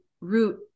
root